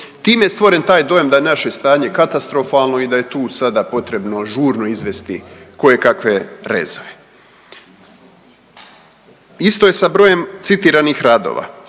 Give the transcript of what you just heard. Time je stvoren taj dojam da je naše stanje katastrofalno i da je tu sada potrebno žurno izvesti kojekakve rezove. Isto je sa brojem citiranih radova.